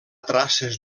traces